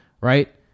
right